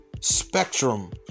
spectrum